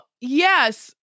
yes